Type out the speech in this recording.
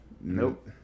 Nope